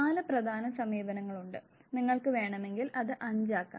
നാല് പ്രധാന സമീപനങ്ങൾ ഉണ്ട് നിങ്ങൾക്ക് വേണമെങ്കിൽ അത് അഞ്ച് ആക്കാം